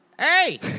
Hey